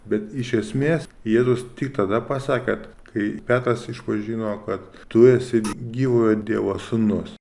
bet iš esmės jėzus tik tada pasakė kai petras išpažino kad tu esi gyvojo dievo sūnus